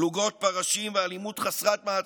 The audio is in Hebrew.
פלוגות פרשים ואלימות חסרת מעצורים.